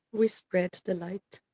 we spread the light.